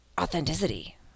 authenticity